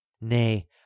nay